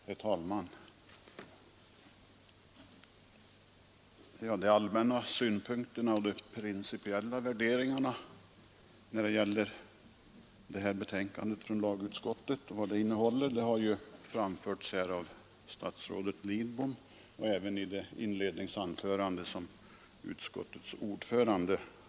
Herr talman! De allmänna synpunkterna och de principiella värderingarna när det gäller det lagkomplex som är föremål för lagutskottets betänkande har framförts här av statsrådet Lidbom och även av utskottets ordförande.